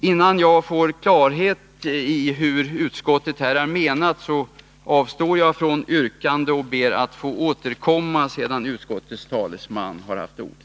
Innan jag får klarhet i hur utskottet har menat på denna punkt avstår jag från att göra något yrkande. Jag ber att få återkomma sedan utskottets talesman har haft ordet.